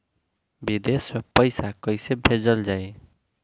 विदेश में पईसा कैसे भेजल जाई?